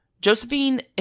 Josephine